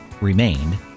remained